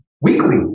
weekly